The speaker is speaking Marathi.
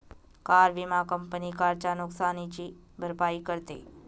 कार विमा कंपनी कारच्या नुकसानीची भरपाई करते